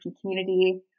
community